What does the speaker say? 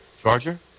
charger